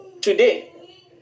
Today